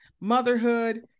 motherhood